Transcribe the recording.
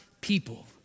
people